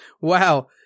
Wow